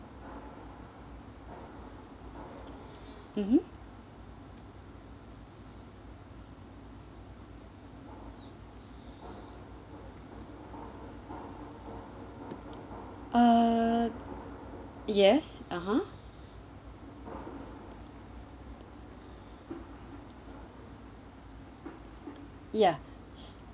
mmhmm uh yes uh ya (uh huh)